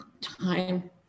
time